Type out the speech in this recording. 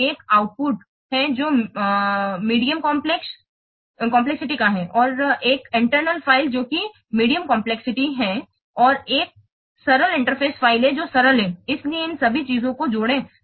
और एक आउटपुट है जो मध्यम जटिलता का है एक इंटरनल फ़ाइल जो कि मध्यम जटिलता है और एक सरल इंटरफ़ेस फ़ाइल है जो सरल है इसलिए उन सभी चीजों को जोड़ें